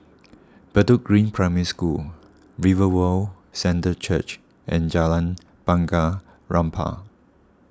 Bedok Green Primary School Revival Centre Church and Jalan Bunga Rampai